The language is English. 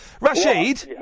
Rashid